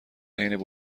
حین